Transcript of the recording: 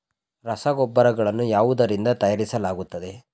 ರಸಗೊಬ್ಬರಗಳನ್ನು ಯಾವುದರಿಂದ ತಯಾರಿಸಲಾಗುತ್ತದೆ?